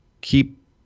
keep